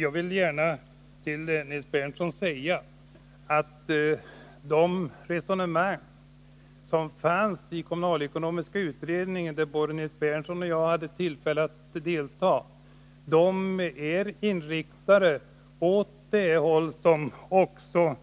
Jag vill gärna säga till Nils Berndtson att de kommunalekonomiska resonemangen i kommunalekonomiska utredningen, där både Nils Berndtson och jag deltog, överensstämde med vad som